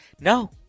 No